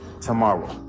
tomorrow